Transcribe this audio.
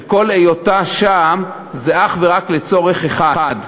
וכל היותה שם זה אך ורק לצורך אחד,